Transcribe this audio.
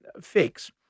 fix